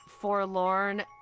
forlorn